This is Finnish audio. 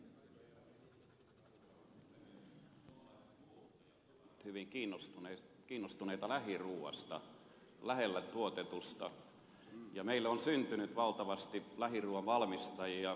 suomalaiset kuluttajat ovat hyvin kiinnostuneita lähiruuasta lähellä tuotetusta ja meille on syntynyt valtavasti lähiruuan valmistajia